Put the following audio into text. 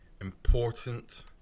important